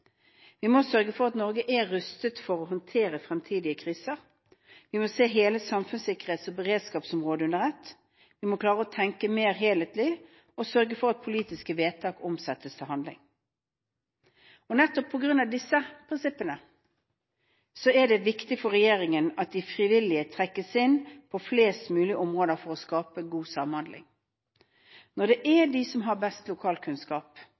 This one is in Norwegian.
Vi må sørge for at Norge er rustet til å håndtere fremtidige kriser. Vi må se hele samfunnssikkerhets- og beredskapsområdet under ett. Vi må klare å tenke mer helhetlig og sørge for at politiske vedtak omsettes til handling. Nettopp på grunn av disse prinsippene er det viktig for regjeringen at de frivillige trekkes inn på flest mulig områder for å skape god samhandling. Når det er dem som har best lokalkunnskap,